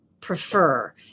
prefer